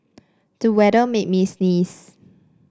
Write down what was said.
the weather made me sneeze